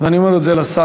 ואני אומר את זה לשר,